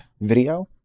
video